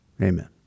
Amen